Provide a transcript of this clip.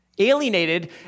Alienated